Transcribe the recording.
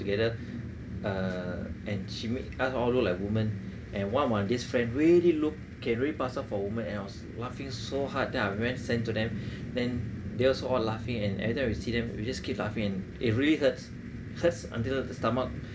altogether uh and she made us look like woman and one of my this friend really looked can really pass up for woman and I was laughing so hard that I went and sent to them then they also all laughing and every time we see them we just keep laughing and it really hurts hurts until the stomach